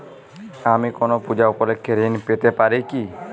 আমি কোনো পূজা উপলক্ষ্যে ঋন পেতে পারি কি?